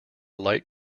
light